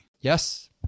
Yes